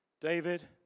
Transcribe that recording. David